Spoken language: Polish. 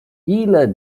ile